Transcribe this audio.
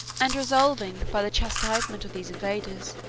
and resolving, by the chastisement of these invaders,